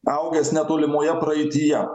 augęs netolimoje praeityje